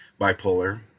Bipolar